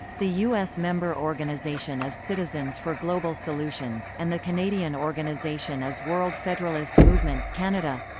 the u s. member organization is citizens for global solutions, and the canadian organization is world federalist movement canada